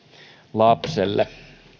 lapselle